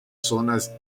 zonas